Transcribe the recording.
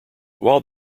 while